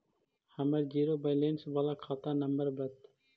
हमर zero balance बाला खाता नम्बर बत?